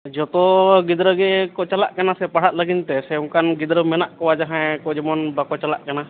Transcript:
ᱡᱚᱛᱚ ᱜᱤᱫᱽᱨᱟᱹᱜᱮᱠᱚ ᱪᱟᱞᱟᱜ ᱠᱟᱱᱟ ᱥᱮ ᱯᱟᱲᱦᱟᱜ ᱞᱟᱹᱜᱤᱱᱛᱮ ᱥᱮ ᱚᱱᱠᱟᱱ ᱜᱤᱫᱽᱨᱟᱹ ᱢᱮᱱᱟᱜ ᱠᱚᱣᱟ ᱡᱟᱦᱟᱸᱭ ᱠᱚ ᱡᱮᱢᱚᱱ ᱵᱟᱠᱚ ᱪᱟᱞᱟᱜ ᱠᱟᱱᱟ